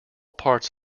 parts